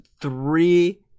three